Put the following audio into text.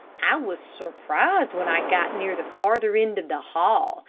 i was surprised when i got near the farther end of the hall,